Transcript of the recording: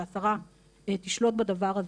שהשרה תשלוט בדבר הזה.